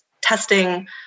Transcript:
testing